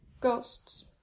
ghosts